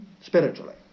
spiritually